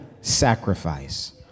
sacrifice